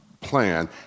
plan